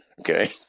Okay